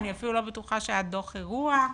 אני אפילו לא בטוחה שהיה דו"ח אירוע.